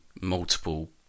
multiple